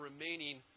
remaining